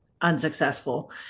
unsuccessful